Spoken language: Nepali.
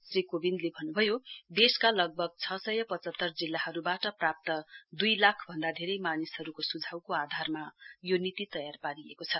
श्री कोविन्दले भन्नुभयो देशका लगभग छ सय पचहत्तर जिल्लाहरुवाट प्राप्त दुई लाखभन्दा धेरै मानिसहरुको सुझाउको आधारमा यो नीति तयार पारिएको छ